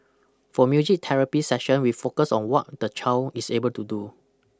for music therapy session we focus on what the child is able to do